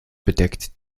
bedeckt